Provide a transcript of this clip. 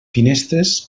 finestres